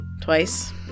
twice